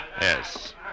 Yes